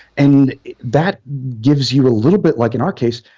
and that gives you a little bit, like in our case,